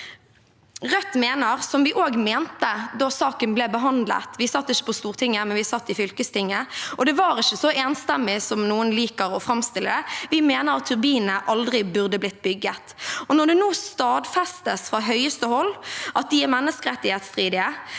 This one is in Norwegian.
Rødt mener, som vi også mente da saken ble behandlet – vi satt ikke på Stortinget, men vi satt i fylkestinget, og det var ikke så enstemmig som noen liker å framstille det – at turbinene aldri burde blitt bygget. Når det nå stadfestes fra høyeste hold at de er menneskerettighetsstridige,